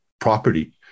property